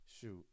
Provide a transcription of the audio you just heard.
shoot